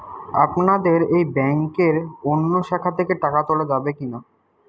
আপনাদের এই ব্যাংকের অন্য শাখা থেকে টাকা তোলা যাবে কি না?